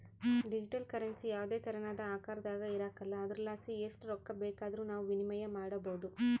digital currency ಯಾವುದೇ ತೆರನಾದ ಆಕಾರದಾಗ ಇರಕಲ್ಲ ಆದುರಲಾಸಿ ಎಸ್ಟ್ ರೊಕ್ಕ ಬೇಕಾದರೂ ನಾವು ವಿನಿಮಯ ಮಾಡಬೋದು